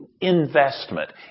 investment